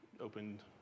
opened